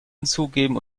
hinzugeben